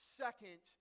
second